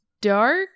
dark